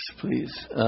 please